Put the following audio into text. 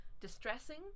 distressing